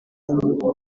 www